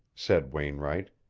said wainwright.